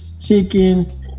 chicken